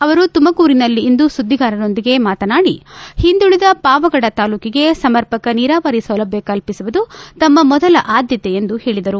ಅವರು ತುಮಕೂರಿನಲ್ಲಿಂದು ಸುದ್ಲಿಗಾರರೊಂದಿಗೆ ಮಾತನಾಡಿ ಹಿಂದುಳಿದ ಪಾವಗಡ ತಾಲೂಕಿಗೆ ಸಮರ್ಪಕ ನೀರಾವರಿ ಸೌಲಭ್ಞ ಕಲ್ಲಿಸುವುದು ತಮ್ನ ಮೊದಲ ಆದ್ಲತೆ ಎಂದು ಹೇಳದರು